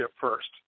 first